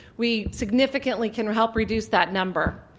we significantly can help reduce that number.